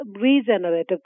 regenerative